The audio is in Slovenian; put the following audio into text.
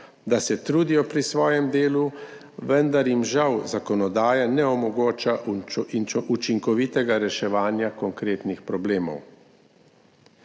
da se trudijo pri svojem delu, vendar jim žal zakonodaja ne omogoča učinkovitega reševanja konkretnih problemov.